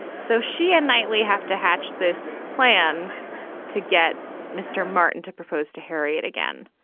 so she and knightley have to hatched this plan to get mr. martin to propose to harriet again.